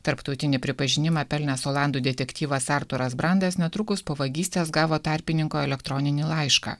tarptautinį pripažinimą pelnęs olandų detektyvas arturas brandes netrukus po vagystės gavo tarpininko elektroninį laišką